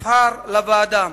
נבחר לוועדה.